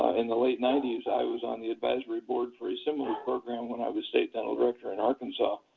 ah in the late nineteen ninety s, i was on the advisory board for a similar program when i was state dental director in arkansas.